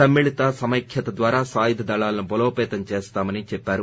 సమ్మిళిత సమైఖ్యత ద్వారా సాయుధ దళాలను బలోపేతం చేస్తామని చెప్పారు